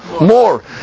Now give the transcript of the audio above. more